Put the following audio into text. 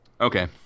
Okay